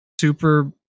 Super